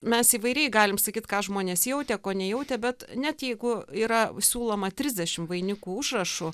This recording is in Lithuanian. mes įvairiai galim sakyt ką žmonės jautė ko nejautė bet net jeigu yra siūloma trisdešim vainikų užrašų